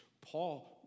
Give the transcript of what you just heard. Paul